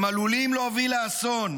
הם עלולים להוביל לאסון.